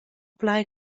plai